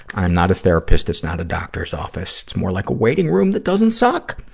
i'm not a therapist it's not a doctor's office it's more like a waiting room that doesn't suck.